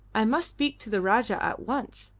i must speak to the rajah at once,